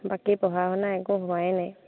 বাকী পঢ়া শুনা একো হোৱাই নাই